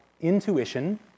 intuition